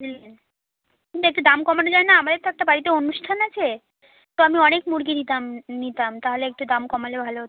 হুম কিন্তু একটু দাম কমানো যায় না আমাদের তো একটা বাড়িতে অনুষ্ঠান আছে তো আমি অনেক মুরগি রিতাম নিতাম তাহলে একটু দাম কমালে ভালো হতো